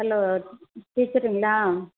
hello பேசட்டுங்களா